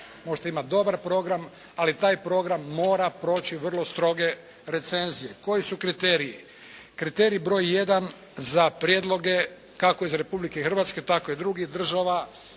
možete imati dobar program ali taj program mora proći vrlo stroge recenzije. Koji su kriteriji? Kriteriji broj jedan za prijedloge kako i za Republiku Hrvatsku tako i drugih država